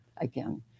again